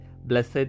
Blessed